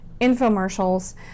infomercials